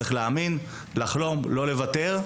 צריך להאמין, לחתום ולא לוותר.